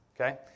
Okay